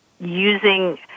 using